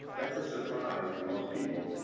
that's a surprise to most people,